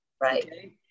Right